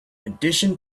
addition